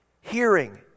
hearing